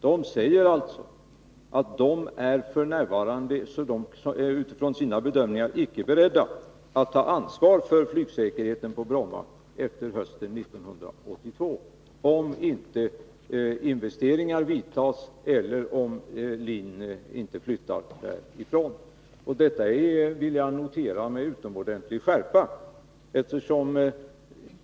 Man säger alltså att man f.n. utifrån sina bedömningar inte är beredd att ta ansvaret för flygsäkerheten på Bromma efter hösten 1982, om inte investeringar görs eller om inte LIN flyttar därifrån. Detta vill jag notera med utomordentlig skärpa.